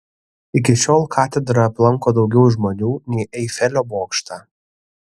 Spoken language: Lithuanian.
iki šiol katedrą aplanko daugiau žmonių nei eifelio bokštą